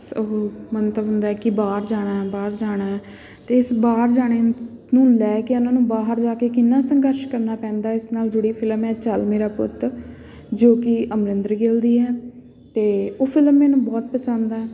ਉਹ ਮੰਤਵ ਹੁੰਦਾ ਕਿ ਬਾਹਰ ਜਾਣਾ ਬਾਹਰ ਜਾਣਾ ਅਤੇ ਇਸ ਬਾਹਰ ਜਾਣ ਨੂੰ ਲੈ ਕੇ ਉਹਨਾਂ ਨੂੰ ਬਾਹਰ ਜਾ ਕੇ ਕਿੰਨਾ ਸੰਘਰਸ਼ ਕਰਨਾ ਪੈਂਦਾ ਇਸ ਨਾਲ ਜੁੜੀ ਫਿਲਮ ਹੈ ਚੱਲ ਮੇਰਾ ਪੁੱਤ ਜੋ ਕਿ ਅਮਰਿੰਦਰ ਗਿੱਲ ਦੀ ਹੈ ਅਤੇ ਉਹ ਫਿਲਮ ਮੈਨੂੰ ਬਹੁਤ ਪਸੰਦ ਹੈ